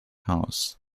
house